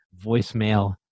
voicemail